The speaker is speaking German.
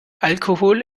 alkohol